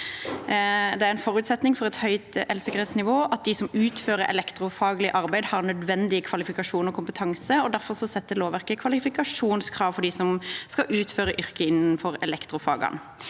En forutsetning for et høyt el-sikkerhetsnivå er at de som utfører elektrofaglig arbeid, har nødvendige kvalifikasjoner og kompetanse. Derfor setter lovverket kvalifikasjonskrav for dem som skal utføre yrker innenfor elektrofagene.